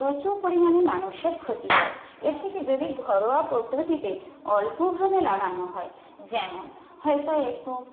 প্রচুর পরিমানে মানুষের ক্ষতি হয় এর থেকে যদি ঘরোয়া পদ্ধতিতে অল্প হারে লাগানো হয় যেমন হয়তো একটু